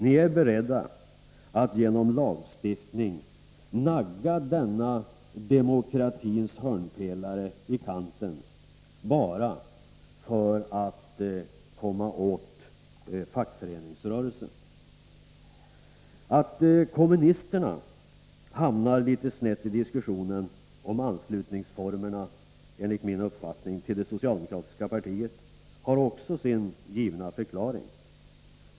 Ni är beredda att genom lagstiftning nagga denna demokratins hörnpelare i kanten bara för att komma åt fackföreningsrörelsen. Att kommunisterna enligt min uppfattning hamnar litet snett i diskussionen om anslutningsformerna till det socialdemokratiska partiet har också sin givna förklaring.